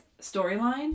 storyline